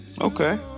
Okay